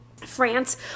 france